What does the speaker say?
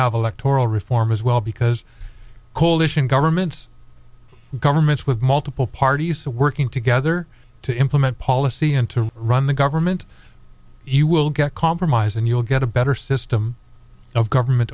have electoral reform as well because coalition governments governments with multiple parties to working together to implement policy and to run the government you will get compromise and you'll get a better system of government